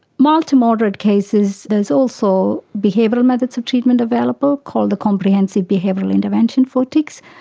mild to moderate cases, there's also behavioural methods of treatment available called comprehensive behavioural intervention for tics.